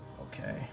okay